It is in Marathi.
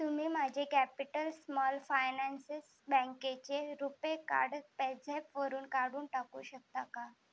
तुम्ही माझे कॅपिटल स्मॉल फायनान्सेस बँकेचे रुपे कार्ड पेझॅपवरून काढून टाकू शकता का